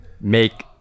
make